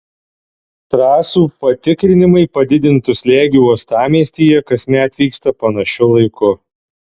trasų patikrinimai padidintu slėgiu uostamiestyje kasmet vyksta panašiu laiku